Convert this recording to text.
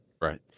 Right